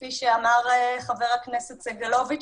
כפי שאמר חבר הכנסת סגלוביץ',